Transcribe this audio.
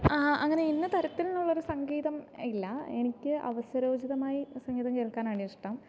ആ അങ്ങനെ ഇന്ന തരത്തിൽ എന്നൊരു സംഗീതം ഇല്ല എനിക്ക് അവസരോചിതമായി സംഗീതം കേൾക്കാനാണ് ഇഷ്ടം